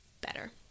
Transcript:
better